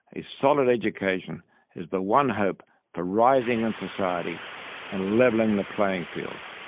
a solid education is the one hope for rising in society and levelling the playing field.